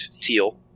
Teal